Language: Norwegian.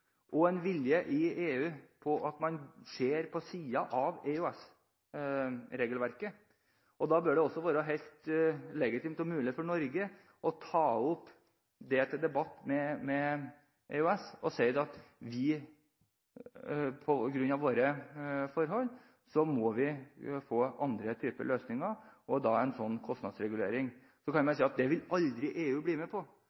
og en vilje i EU, til at man ser på siden av EØS-regelverket. Da bør det også være helt legitimt og mulig for Norge å ta opp dette til debatt med EU og si at på grunn av våre forhold må vi få andre typer løsninger – og da en slik kostnadsregulering. Så kan man si at det vil EU aldri bli med på.